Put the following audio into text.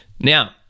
Now